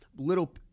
little